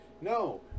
No